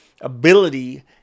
ability